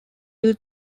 will